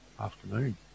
afternoon